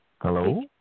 Hello